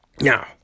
now